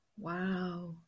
Wow